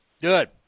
Good